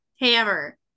Hammer